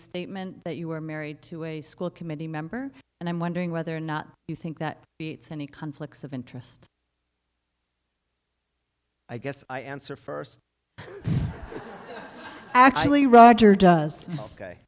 statement that you were married to a school committee member and i'm wondering whether or not you think that it's any conflicts of interest i guess i answer first actually roger does ok